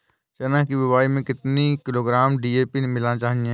चना की बुवाई में कितनी किलोग्राम डी.ए.पी मिलाना चाहिए?